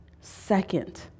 second